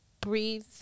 Breathe